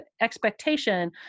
expectation